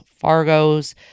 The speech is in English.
Fargo's